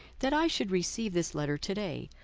that i should receive this letter today,